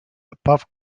above